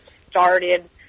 started